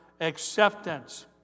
acceptance